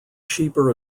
cheaper